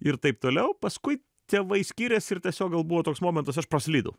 ir taip toliau paskui tėvai skyrėsi ir tiesiog gal buvo toks momentas aš praslydau